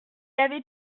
avait